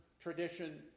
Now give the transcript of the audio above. tradition